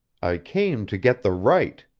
i came to get the right.